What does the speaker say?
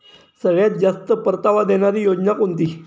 सगळ्यात जास्त परतावा देणारी योजना कोणती?